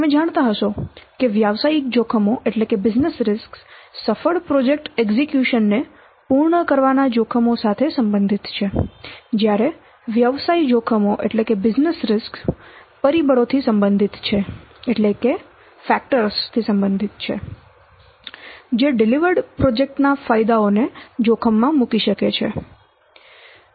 તમે જાણતા હશો કે વ્યવસાયિક જોખમો સફળ પ્રોજેક્ટ એક્ઝેક્યુશન ને પૂર્ણ કરવાના જોખમો સાથે સંબંધિત છે જ્યારે વ્યવસાય જોખમો પરિબળો થી સંબંધિત છે જે ડિલિવર્ડ પ્રોજેક્ટ ના ફાયદાઓને જોખમમાં મૂકશે